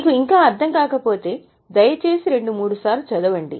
మీకు ఇంకా అర్థం కాకపోతే దయచేసి రెండు మూడు సార్లు చదవండి